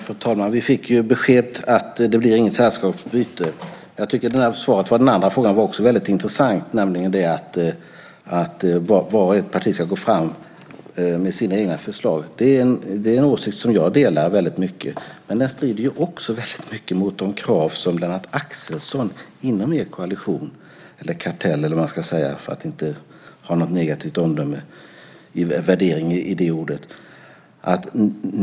Fru talman! Vi fick besked om att det inte blir något sällskapsbyte. Jag tycker att svaret på den andra frågan också var väldigt intressant, nämligen att varje parti ska gå fram med sina egna förslag. Det är en åsikt som jag delar. Men den strider ju också väldigt mycket mot de krav som Lennart Axelsson inom er koalition eller kartell, eller vad man nu ska säga för att inte ge något negativt omdöme genom värderingen av det ordet, ställer.